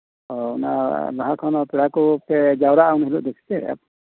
ᱚᱼᱚ ᱞᱟᱦᱟ ᱠᱷᱚᱱ ᱯᱮᱲᱟ ᱠᱚᱯᱮ ᱡᱟᱣᱨᱟᱼᱟ ᱩᱱ ᱦᱤᱞᱳᱜ ᱠᱷᱚᱱ